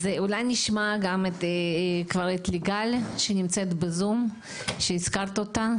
אולי נשמע גם את ליגל שנמצאת בזום שהזכרת אותה